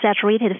saturated